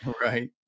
right